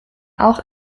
auch